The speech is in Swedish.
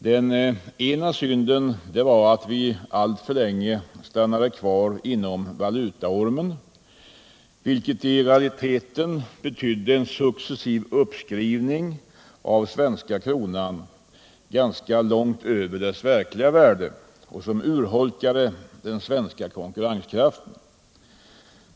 Den ena synden var att vi alltför länge stannade kvar inom valutaormen, vilket i realiteten betydde en successiv uppskrivning av den svenska kronan ganska långt över dess verkliga värde och som urholkade den svenska konkurrenskraften.